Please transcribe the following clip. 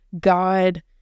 god